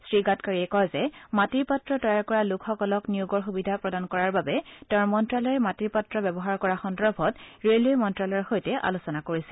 শ্ৰীগাডকাৰীয়ে কয় যে মাটিৰ পাত্ৰ তৈয়াৰ কৰা লোকসকলক নিয়োগৰ সুবিধা প্ৰদান কৰাৰ বাবে তেওঁৰ মন্তালয়ে মাটিৰ পাত্ৰ ব্যৱহাৰ কৰা সন্দৰ্ভত ৰেলৱে মন্ত্যালয়ৰ সৈতে আলোচনা কৰিছিল